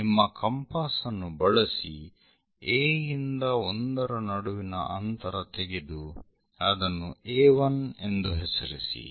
ನಿಮ್ಮ ಕಂಪಾಸ್ ಅನ್ನು ಬಳಸಿ A ಇಂದ 1ರ ನಡುವಿನ ಅಂತರ ತೆಗೆದು ಅದನ್ನು A1 ಎಂದು ಹೆಸರಿಸಿ